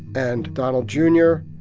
and donald jr,